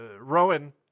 Rowan